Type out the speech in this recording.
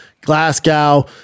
Glasgow